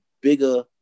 bigger